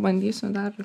bandysiu dar